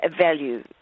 value